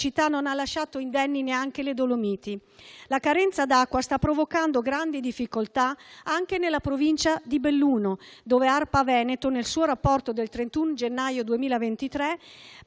siccità non ha lasciato indenni neanche le Dolomiti. La carenza d'acqua sta provocando grandi difficoltà anche nella provincia di Belluno, dove ARPA Veneto, nel suo rapporto del 31 gennaio 2023,